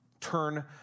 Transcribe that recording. turn